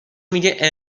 میگه